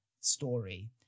story